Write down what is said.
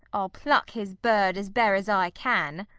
i'll pluck his bird as bare as i can.